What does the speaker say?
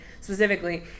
specifically